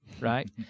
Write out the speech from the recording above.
Right